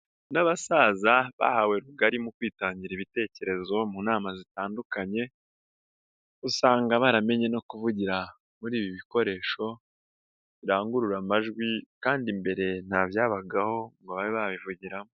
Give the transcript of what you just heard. N'abasaza bahawe rugari mu kwitangira ibitekerezo mu nama zitandukanye, usanga baramenye no kuvugira muri ibi bikoresho, birangurura amajwi kandi mbere nta byabagaho ngo babe babivugiramo.